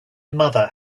mother